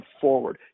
forward